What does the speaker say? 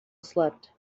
slept